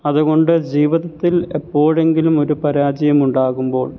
അതുകൊണ്ട് ജീവിതത്തിൽ എപ്പോഴെങ്കിലും ഒരു പരാജയമുണ്ടാകുമ്പോൾ